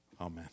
Amen